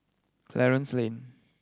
Clarence Lane